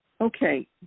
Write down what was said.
Okay